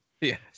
Yes